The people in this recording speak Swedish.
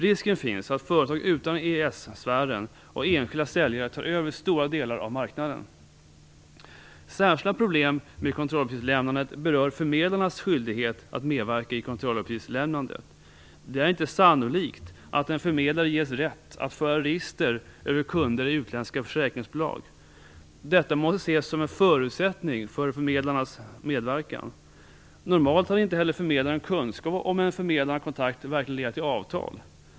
Risken finns att företag utanför EES-sfären och enskilda säljare tar över stora delar av marknaden. Särskilda problem med kontrolluppgiftslämnandet berör förmedlarnas skyldighet att medverka i kontrolluppgiftslämnandet. Det är inte sannolikt att en förmedlare ges rätt att föra register över kunder i utländska försäkringsbolag. Detta måste ses som en förutsättning för förmedlarnas medverkan. Normalt har inte heller förmedlaren kunskap om en förmedlad kontakt verkligen leder till avtal.